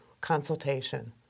consultation